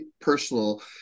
personal